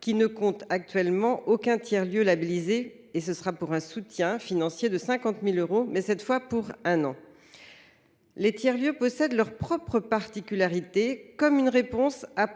qui ne comptent actuellement aucun tiers lieu labellisé pour un soutien financier de 50 000 euros, cette fois pour un an. Les tiers lieux possèdent leurs propres particularités, et répondent à